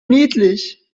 niedlich